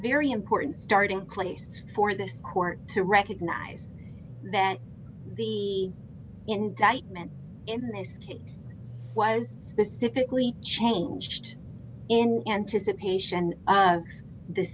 very important starting place for this court to recognize that the indictment in this case was specifically changed in anticipation of the